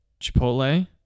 Chipotle